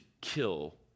kill